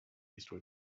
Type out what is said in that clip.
eastward